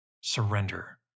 surrender